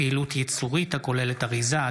פעילות ייצורית הכוללת אריזה),